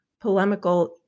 polemical